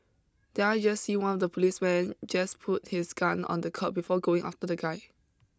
did I just see one of the policemen just put his gun on the curb before going after the guy